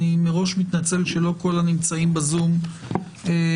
מראש אני מתנצל שלא כל הנמצאים ב-זום ידברו.